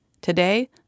Today